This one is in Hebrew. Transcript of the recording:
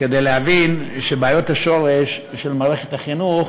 כדי להבין שבעיות השורש של מערכת החינוך